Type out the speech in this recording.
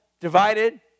divided